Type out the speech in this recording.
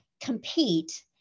compete